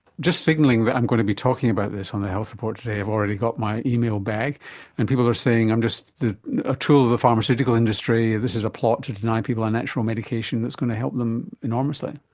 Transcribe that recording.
just signalling that i'm going to be talking about this on the health report today i've already got my email bag and people are saying i'm just a tool of the pharmaceutical industry, this is a plot to deny people a natural medication that's going to help them enormously.